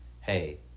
hey